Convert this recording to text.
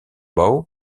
bow